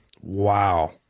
wow